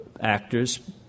actors